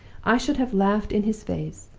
i should have laughed in his face.